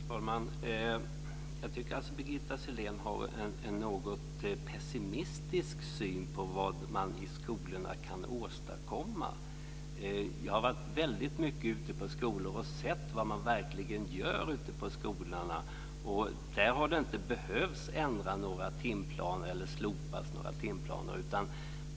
Fru talman! Jag tycker att Birgitta Sellén har en något pessimistisk syn på vad man kan åstadkomma i skolorna. Jag har varit väldigt mycket ute på skolor och sett vad man verkligen gör. Där har det inte behövt slopas några timplaner.